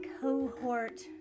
cohort